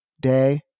Day